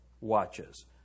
watches